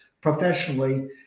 professionally